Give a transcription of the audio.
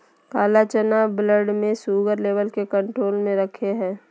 काला चना ब्लड में शुगर लेवल के कंट्रोल में रखैय हइ